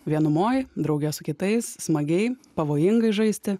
vienumoj drauge su kitais smagiai pavojingai žaisti